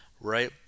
Right